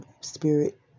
spirit